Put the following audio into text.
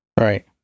Right